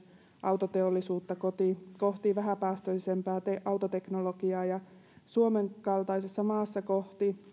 autoteollisuutta kohti kohti vähäpäästöisempää autoteknologiaa suomen kaltaisessa maassa kohti